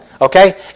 Okay